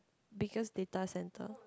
biggest data centre